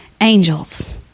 angels